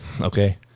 Okay